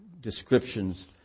descriptions